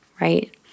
Right